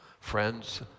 friends